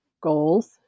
goals